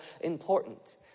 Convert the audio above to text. important